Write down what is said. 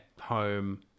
home